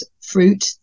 fruit